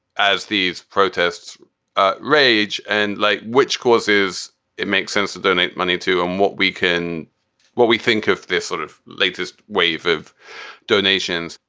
as these protests ah rage and like which causes it makes sense to donate money to and what we can what we think of this sort of latest wave of donations.